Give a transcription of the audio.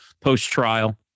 post-trial